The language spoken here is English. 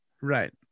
Right